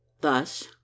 thus